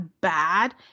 bad